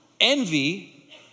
Envy